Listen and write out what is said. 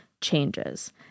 changes